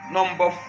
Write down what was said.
Number